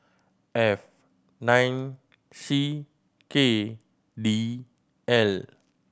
F nine C K D L